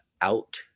out